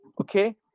Okay